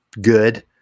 good